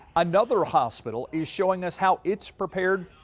another hospital is showing us how it's prepared.